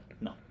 No